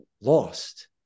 lost